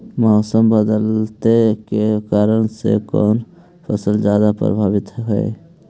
मोसम बदलते के कारन से कोन फसल ज्यादा प्रभाबीत हय?